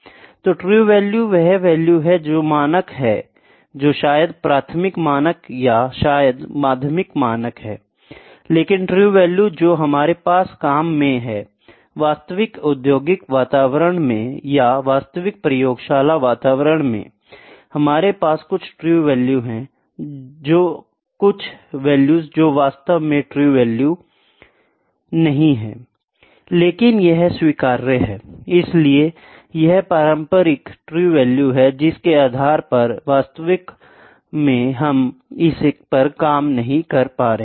तो true value वह value है जो मानक हैं जो शायद प्राथमिक मानक या शायद माध्यमिक मानक हैं लेकिन ट्रू वैल्यू जो हमारे पास काम में है वास्तविक औद्योगिक वातावरण में या वास्तविक प्रयोगशाला वातावरण में हमारे पास कुछ ट्रू वैल्यू हैं कुछ वैल्यू जो वास्तव में ट्रू वैल्यू नहीं है लेकिन यह स्वीकार्य है इसलिए यह पारंपरिक ट्रू वैल्यू है जिसके आधार पर वास्तव में हम इस पर काम नहीं कर रहे हैं